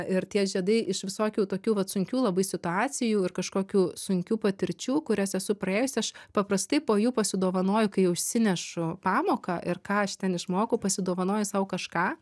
ir tie žiedai iš visokių tokių vat sunkių labai situacijų ir kažkokių sunkių patirčių kurias esu praėjusi aš paprastai po jų pasidovanoju kai jau išsinešu pamoką ir ką aš ten išmokau pasidovanoju sau kažką